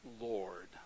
Lord